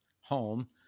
home